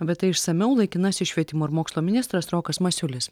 apie tai išsamiau laikinasis švietimo ir mokslo ministras rokas masiulis